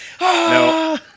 No